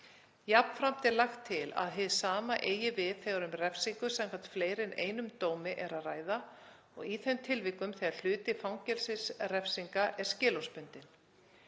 Jafnframt er lagt til að hið sama eigi við þegar um refsingu samkvæmt fleiri en einum dómi er að ræða, og í þeim tilvikum þegar hluti fangelsisrefsingar er skilorðsbundinn.